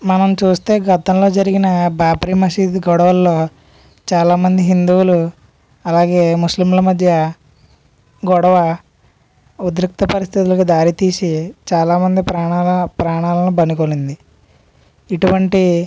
మనం చూస్తే గతంలో జరిగిన బాబ్రీ మసీదు గొడవలలో చాలా మంది హిందువులు అలాగే ముస్లింల మధ్య గొడవ ఉద్రిక్త పరిస్థితులకు దారి తీసి చాలా మంది ప్రాణాల ప్రాణాలను బలిగొనింది ఇటువంటి